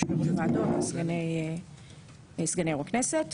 יושבי-ראש ועדות וסגני יו"ר הכנסת